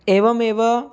एवमेव